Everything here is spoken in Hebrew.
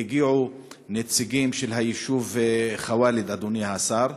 הגיעו נציגים של היישוב ח'וואלד, אדוני השר.